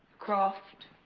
croft